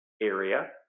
area